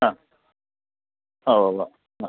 ആ ആ കൊള്ളാം ആ